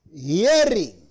hearing